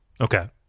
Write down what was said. Okay